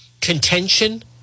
contention